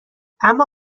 اما